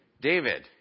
David